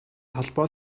холбоо